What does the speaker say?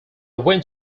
went